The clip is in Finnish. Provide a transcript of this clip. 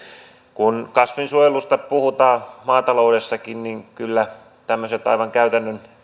kun kasvinsuojelusta puhutaan maataloudessakin niin kyllä tämmöiset aivan käytännön